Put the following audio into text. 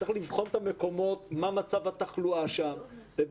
יש לייצר דיפרנציאליות על פי מצב התחלואה בכל